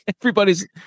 everybody's